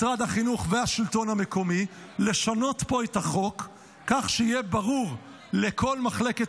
משרד החינוך והשלטון המקומי לשנות פה את החוק כך שיהיה ברור לכל מחלקת